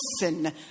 listen